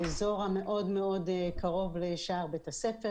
אזור מאוד מאוד קרוב לשער בית הספר